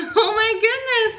oh my goodness,